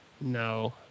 No